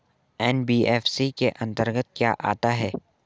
NBFC के अंतर्गत क्या आता है?